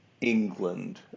England